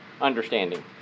understanding